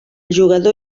jugador